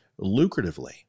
lucratively